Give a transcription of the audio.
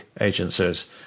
agencies